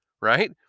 right